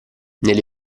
nelle